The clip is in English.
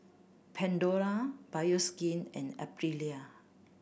Pandora Bioskin and Aprilia